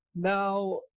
Now